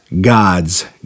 God's